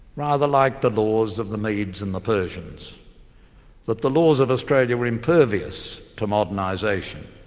rather like the laws of the meads and the persians that the laws of australia were impervious to modernisation,